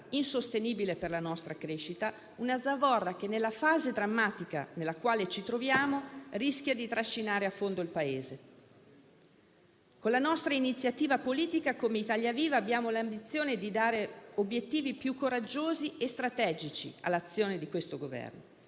insostenibile per la nostra crescita che, nella fase drammatica nella quale ci troviamo, rischia di trascinare a fondo il Paese. Con la nostra iniziativa politica, come Italia Viva, abbiamo l'ambizione di dare obiettivi più coraggiosi e strategici all'azione di questo Governo,